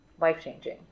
life-changing